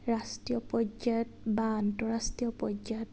ৰাষ্ট্ৰীয় পৰ্যায়ত বা আন্তঃৰাষ্ট্ৰীয় পৰ্যায়ত